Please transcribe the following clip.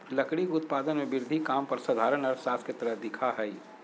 लकड़ी के उत्पादन में वृद्धि काम पर साधारण अर्थशास्त्र के तरह दिखा हइ